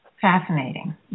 Fascinating